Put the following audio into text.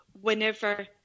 whenever